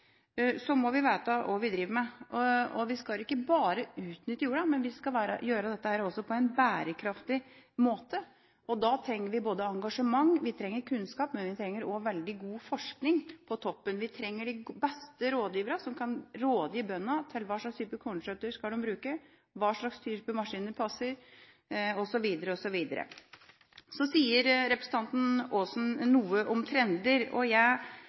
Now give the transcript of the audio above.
må vi vite hva vi driver med. Vi skal ikke bare utnytte jorda, men vi skal gjøre dette på en bærekraftig måte. Da trenger vi både engasjement, vi trenger kunnskap, og vi trenger forskning på toppen. Vi trenger de beste rådgiverne som kan rådgi bøndene til hva slags type kornsorter de skal bruke, hva slags maskiner som passer, osv. Så sier representanten Aasen noe om trender – og jeg